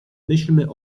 myślmy